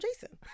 Jason